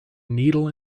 needle